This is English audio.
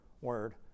word